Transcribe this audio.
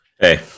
Hey